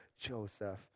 Joseph